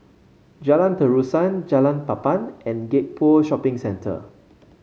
Jalan Terusan Jalan Papan and Gek Poh Shopping Centre